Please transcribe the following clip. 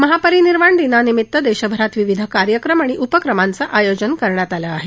महापरिनिर्वाण दिनानिमित्त देशभरात विविध कार्यक्रम आणि उपक्रमांचं आयोजन करण्यात आलं आहे